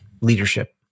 leadership